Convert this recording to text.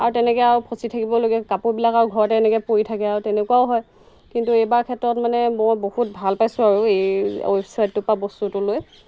আৰু তেনেকৈ আৰু ফঁচি থাকিবলগীয়া কাপোৰবিলাক আৰু ঘৰতে এনেকৈ পৰি থাকে আৰু তেনেকুৱাও হয় কিন্তু এইবাৰ ক্ষেত্ৰত মানে মই বহুত ভাল পাইছোঁ আৰু এই ৱেবছাইটটোৰ পৰা বস্তুটো লৈ